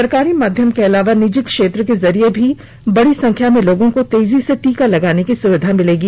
सरकारी माध्यम के अलावा निजी क्षेत्र के जरिए भी बड़ी संख्या में लोगों को तेजी से टीका लगाने की सुविधा मिलेगी